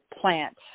plant